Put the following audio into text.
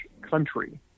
country